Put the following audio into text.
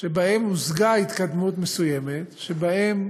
שבהם הושגה התקדמות מסוימת, שבהם